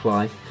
Life